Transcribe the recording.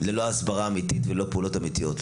זאת לא הסברה אמיתית ולא פעולות אמיתיות.